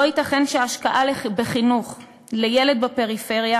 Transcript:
לא ייתכן שהשקעה בחינוך לילד בפריפריה